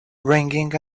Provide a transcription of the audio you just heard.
ringing